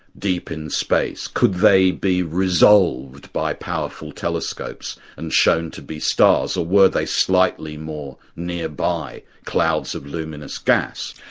deep in space, could they be resolved by powerful telescopes and shown to be stars, or were they slightly more nearby clouds of luminous gas?